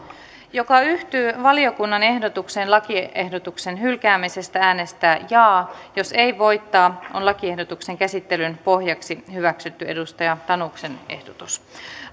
joka yhtyy valiokunnan ehdotukseen lakiehdotuksen hylkäämisestä äänestää jaa jos ei voittaa on lakiehdotuksen käsittelyn pohjaksi hyväksytty sari tanuksen ehdotus